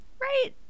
Right